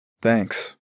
Thanks